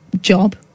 job